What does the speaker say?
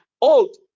old